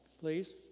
please